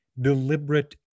deliberate